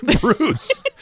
bruce